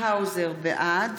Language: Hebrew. האוזר, בעד